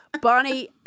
Bonnie